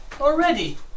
already